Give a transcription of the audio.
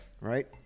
Right